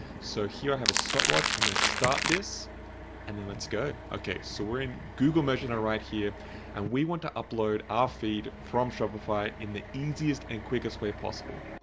so here, i have a stopwatch i'm gonna start this and then let's go. okay, so we're in google merchant right here and we want to upload our feed from shopify in the easiest and quickest way possible.